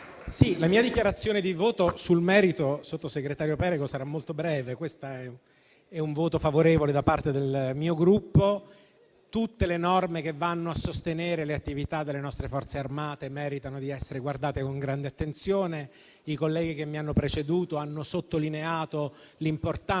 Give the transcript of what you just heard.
la mia dichiarazione di voto, sul merito, sarà molto breve. Questo è un voto favorevole, da parte del mio Gruppo. Tutte le norme che vanno a sostenere le attività delle nostre Forze Armate meritano di essere guardate con grande attenzione. I colleghi che mi hanno preceduto hanno sottolineato l'importanza,